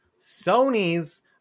Sony's